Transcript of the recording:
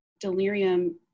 delirium